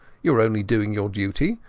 you are only doing your duty.